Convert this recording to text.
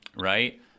right